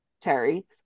terry